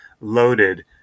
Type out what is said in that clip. loaded